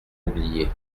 oubliée